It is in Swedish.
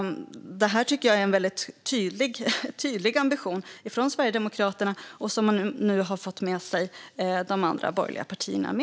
Jag tycker att det är en mycket tydlig ambition från Sverigedemokraterna, som man nu tyvärr har fått med sig de andra borgerliga partierna på.